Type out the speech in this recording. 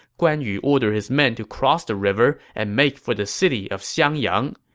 guan yu ordered his men to cross the river and make for the city of xiangyang.